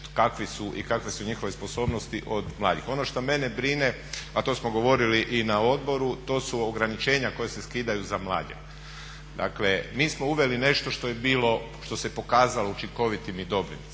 kakve su njihove sposobnosti od mlađih. Ono što mene brine, a to smo govorili i na odboru to su ograničenja koja se skidaju za mlađe. Dakle mi smo uveli što je nešto što je bilo što se pokazalo učinkovitim i dobrim.